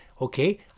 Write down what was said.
okay